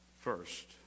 first